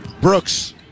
Brooks